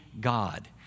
God